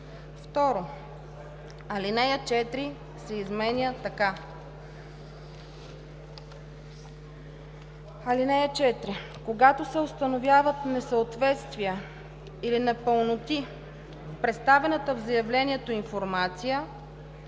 2. Алинея 4 се изменя така: „(4) Когато се установят несъответствия или непълноти в представената в заявлението информация,